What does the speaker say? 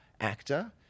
actor